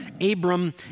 Abram